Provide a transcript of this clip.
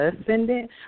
Ascendant